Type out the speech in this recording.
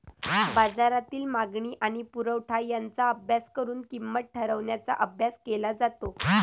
बाजारातील मागणी आणि पुरवठा यांचा अभ्यास करून किंमत ठरवण्याचा अभ्यास केला जातो